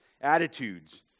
attitudes